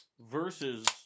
Versus